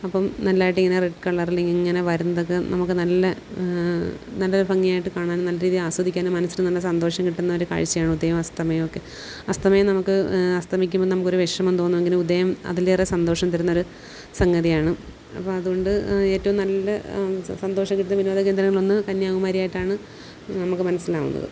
അപ്പോള് നല്ലായിട്ടിങ്ങനെ റെഡ് കളറില് ഇങ്ങനെ വരുന്നതൊക്കെ നമുക്ക് നല്ല നല്ലൊരു ഭംഗിയായിട്ട് കാണാനും നല്ലരീതിയില് ആസ്വദിക്കാനും മനസ്സിന് നല്ല സന്തോഷം കിട്ടുന്നൊരു കാഴ്ചയാണ് ഉദയവും അസ്തമയവുമൊക്കെ അസ്തമയം നമുക്ക് അസ്തമിക്കുമ്പോള് നമുക്കൊരു വിഷമം തോന്നും അങ്ങനെ ഉദയം അതിലേറെ സന്തോഷം തരുന്നൊരു സംഗതിയാണ് അപ്പോള് അതുകൊണ്ട് ഏറ്റവും നല്ല സന്തോഷം കിട്ടുന്ന വിനോദ കേന്ദ്രങ്ങളിലൊന്ന് കന്യാകുമാരിയായിട്ടാണ് നമുക്ക് മനസ്സിലാവുന്നത്